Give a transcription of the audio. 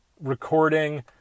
recording